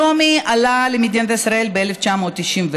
שלומי עלה למדינת ישראל ב-1991,